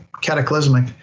cataclysmic